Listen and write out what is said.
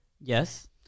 Yes